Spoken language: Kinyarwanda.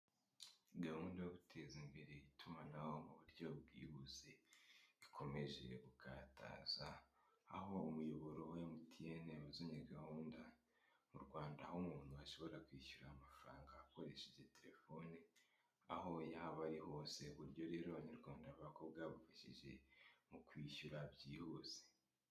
Gahunda yo guteza imbere itumanaho mu buryo bwihuse rikomeje gukataza aho umuyoboro wa MTN uzanye gahunda mu Rwanda aho umuntu ashobora kwishyura amafaranga akoresheje telefoni aho yaba ari hose, uburyo rero abanyarwanda bukaba bwabafashije mu kwishyura byihuse.